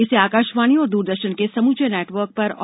इसे आकाशवाणी और द्रदर्शन के समूचे नेटवर्क पर और